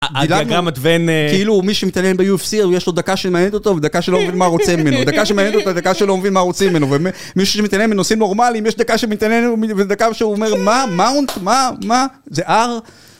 הדיאגרמת ואן... כאילו מי שמתעניין ב-UFC יש לו דקה שמעניינית אותו ודקה שהוא לא מבין מה רוצים ממנו. דקה שמעניינת אותו ודקה שלא מבין מה רוצים ממנו. ומישהו שמתעניין בנושאים נורמליים יש דקה שמתעניין ודקה שהוא אומר מה? מאונט? מה? מה? זה הר?